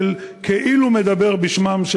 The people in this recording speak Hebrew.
כאילו מדבר בשמם,